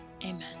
amen